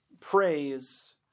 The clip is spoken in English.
praise